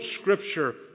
Scripture